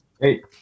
hey